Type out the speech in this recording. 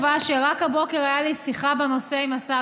וסוגי הסרטן השכיחים ביותר הם סרטן השד,